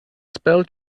spell